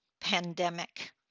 pandemic